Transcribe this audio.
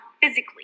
physically